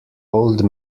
old